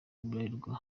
bralirwa